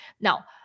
Now